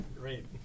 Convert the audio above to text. great